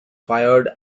fired